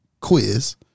quiz